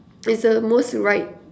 is the most right